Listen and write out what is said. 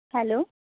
hello